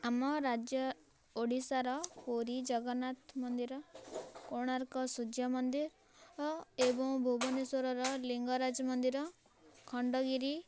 ଆମ ରାଜ୍ୟ ଓଡ଼ିଶାର ପୁରୀ ଜଗନ୍ନାଥ ମନ୍ଦିର କୋଣାର୍କ ସୂର୍ଯ୍ୟ ମନ୍ଦିର ଓ ଏବଂ ଭୁବନେଶ୍ୱର ର ଲିଙ୍ଗରାଜ ମନ୍ଦିର ଖଣ୍ଡଗିରି